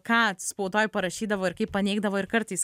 ką spaudoj parašydavo ir kaip paneigdavo ir kartais